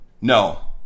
No